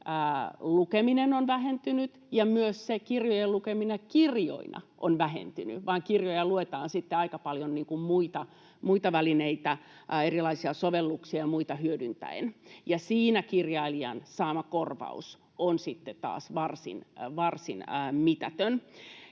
lukeminen on vähentynyt ja myös se kirjojen lukeminen kirjoina on vähentynyt, sillä kirjoja luetaan sitten aika paljon muita välineitä, erilaisia sovelluksia ja muita hyödyntäen, ja siinä kirjailijan saama korvaus on sitten